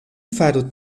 faru